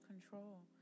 control